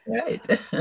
right